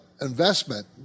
investment